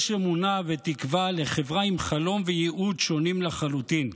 יש אמונה ותקווה לחברה עם חלום וייעוד שונים לחלוטין,